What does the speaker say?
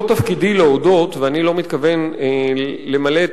לא מתפקידי להודות ואני לא מתכוון למלא את